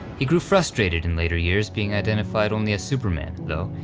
he grew frustrated in later years being identified only as superman, though,